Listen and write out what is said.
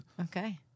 Okay